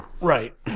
Right